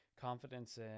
Confidence